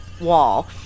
wall